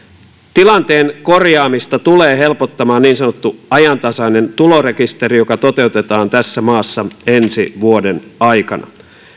tilanteen korjaamista tulee helpottamaan niin sanottu ajantasainen tulorekisteri joka toteutetaan tässä maassa ensi vuoden aikana